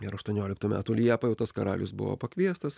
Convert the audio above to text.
ir aštuonioliktų metų liepą jau tas karalius buvo pakviestas